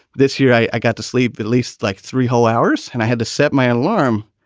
this year, i got to sleep at least like three whole hours and i had to set my alarm.